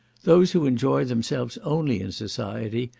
those who enjoy themselves only in society,